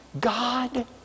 God